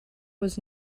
was